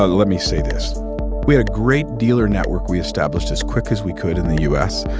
ah let me say this we had a great dealer network we established as quick as we could in the u s.